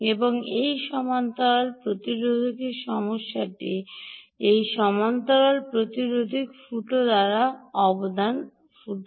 এবং এই সমান্তরাল প্রতিরোধকের সমস্যাটি এই সমান্তরাল প্রতিরোধক ফুটো দ্বারা অবদান রাইট ফুটো